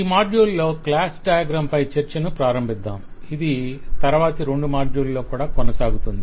ఈ మాడ్యూల్లో class diagrams పై చర్చను ప్రారంభిద్దాం ఇది తరువాతి రెండు మాడ్యూళ్ళలో కూడా కొనసాగుతోంది